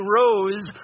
rose